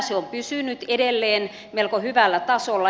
se on pysynyt edelleen melko hyvällä tasolla